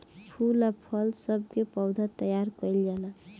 फूल आ फल सब के पौधा तैयार कइल जाला